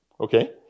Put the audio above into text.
Okay